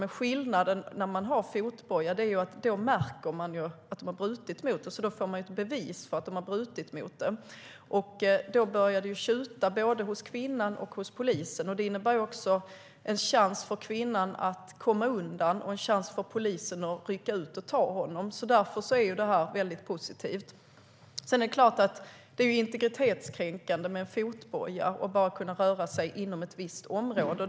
Men skillnaden är att när de har fotbojan märks det att de har brutit mot det. Det finns bevis. Då börjar det tjuta, både hos kvinnan och hos polisen. Det innebär också att kvinnan får en chans att komma undan och att polisen får en chans att rycka ut och ta honom. Därför är det här positivt. Det är klart att det är integritetskränkande med en fotboja, att bara kunna röra sig inom ett visst område.